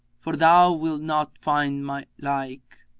for thou wilt not find my like